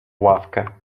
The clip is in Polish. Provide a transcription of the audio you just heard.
ławkę